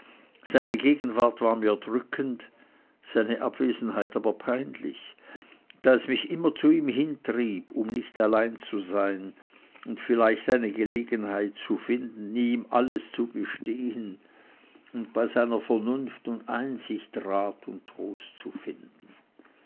seine gegenwart war mir drückend seine abwesenheit aber peinlich da es mich immer zu ihm hintrieb um nicht allein zu sein und vielleicht eine gelegenheit zu finden ihm alles zu gestehen und bei seiner vernunft und einsicht rat und trost zu finden